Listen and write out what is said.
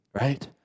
right